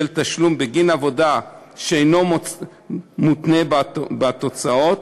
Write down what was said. תשלום בגין עבודה שאינו מותנה בתוצאות,